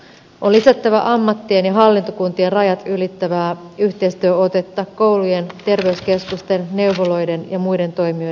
on lisättävä ammattien ja hallintokuntien rajat ylittävää yhteistyöotetta koulujen terveyskeskusten neuvoloiden ja muiden toimijoiden kesken